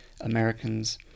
Americans